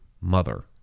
mother